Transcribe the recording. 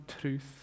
truth